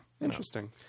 Interesting